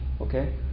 okay